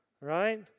right